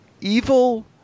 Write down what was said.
evil